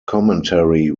commentary